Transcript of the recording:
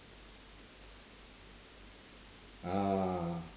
ah